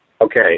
Okay